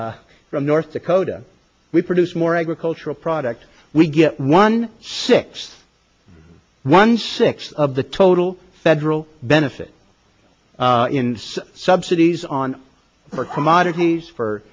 l from north dakota we produce more agricultural product we get one sixth one six of the total federal benefit in subsidies on our commodities for